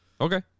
Okay